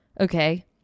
Okay